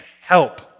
help